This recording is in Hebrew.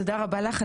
תודה רבה לך,